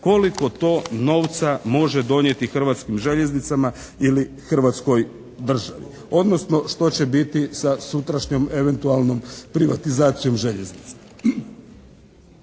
koliko to novca može donijeti Hrvatskim željeznicama ili hrvatskoj državi. Odnosno što će biti sa sutrašnjom eventualnom privatizacijom Željeznica.